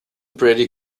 pretty